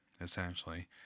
essentially